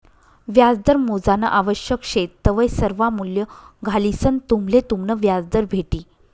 व्याजदर मोजानं आवश्यक शे तवय सर्वा मूल्ये घालिसंन तुम्हले तुमनं व्याजदर भेटी